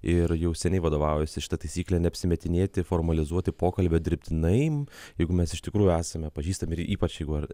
ir jau seniai vadovaujuosi šita taisykle neapsimetinėti formalizuoti pokalbio dirbtinai juk mes iš tikrųjų esame pažįstami ir ypač jeigu ar